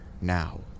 now